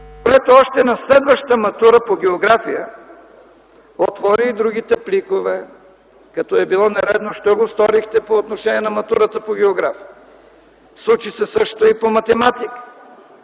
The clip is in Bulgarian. което още на следващата матура – по география, отвори другите пликове. Като е било нередно, защо го сторихте по отношение на матурата по география?! Случи се същото и по математика.